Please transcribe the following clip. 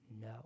No